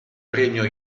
premio